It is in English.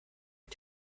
are